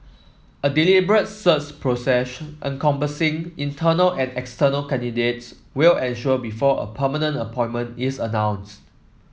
a deliberate search procession encompassing internal and external candidates will ensue before a permanent appointment is announced